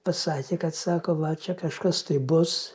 pasakė kad sako va čia kažkas tai bus